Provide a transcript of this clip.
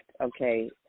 okay